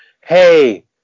hey